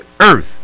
earth